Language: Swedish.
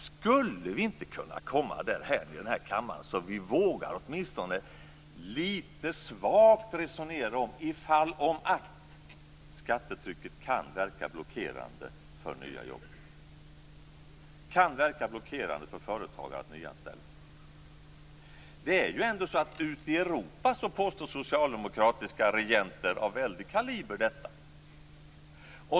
Skulle vi inte kunna komma dithän i denna kammare att vi litet lätt vågar resonera om huruvida skattetrycket kan verka blockerande för framväxten av nya jobb och för företagen när det gäller att nyanställa? Ute i Europa påstår ändå socialdemokratiska regenter av väldig kaliber detta.